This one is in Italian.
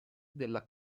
della